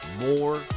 More